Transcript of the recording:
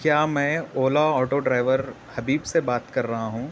کیا میں Ola auto driver Habib سے بات کر رہا ہوں